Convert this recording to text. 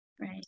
Right